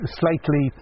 slightly